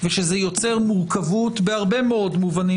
ושזה יוצר מרוכבות בהרבה מאוד מובנים,